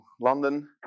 London